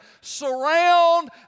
surround